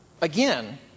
again